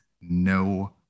no